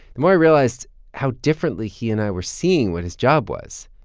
the more i realized how differently he and i were seeing what his job was.